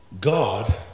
God